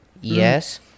Yes